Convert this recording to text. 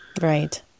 Right